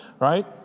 right